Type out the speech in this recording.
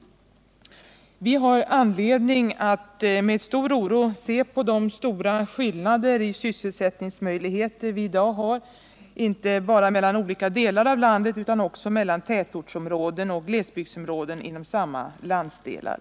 Vi har anledning att med stor oro se på de stora skillnader i sysselsättningsmöjligheter vi i dag har, inte bara mellan olika delar av landet utan också mellan tätortsområden och glesbygdsområden inom samma landsdelar.